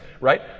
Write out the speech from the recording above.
Right